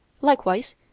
Likewise